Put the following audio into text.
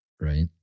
Right